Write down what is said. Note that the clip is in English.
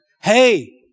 Hey